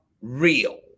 real